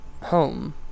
home